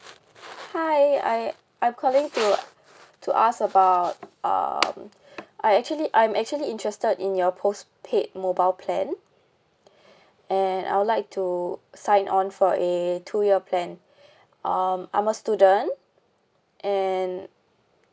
hi I I'm calling to to ask about um I actually I'm actually interested in your postpaid mobile plan and I would like to sign on for a two year plan um I'm a student and